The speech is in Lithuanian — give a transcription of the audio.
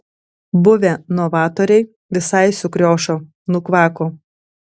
buvę novatoriai visai sukriošo nukvako